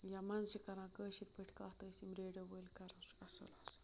یا منٛزٕ چھِ کَران کٲشِر پٲٹھۍ کَتھ ٲسۍ یِم ریڈیو وٲلۍ کَرو چھُ اَصٕل آسان